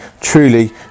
truly